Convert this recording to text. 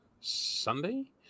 Sunday